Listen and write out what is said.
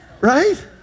right